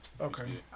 okay